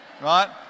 right